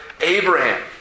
Abraham